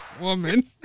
woman